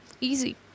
easy